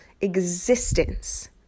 existence